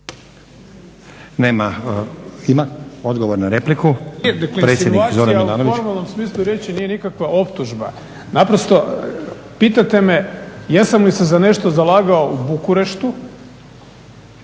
(SDP)** …/Govornik se ne razumije./… u formalnom smislu riječi nije nikakva optužba. Naprosto pitate me jesam li se za nešto zalagao u Bukureštu?